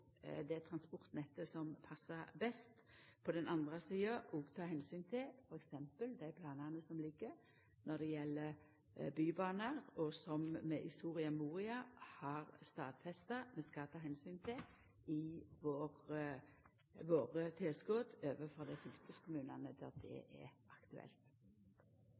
transportnettet som passar best. På den andre sida må vi òg ta omsyn til f.eks. dei planane som ligg føre når det gjeld bybane, som vi i Soria Moria-erklæringa har stadfesta at vi skal ta omsyn til i våre tilskott overfor dei fylkeskommunane der det er aktuelt.